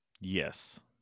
Yes